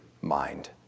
mind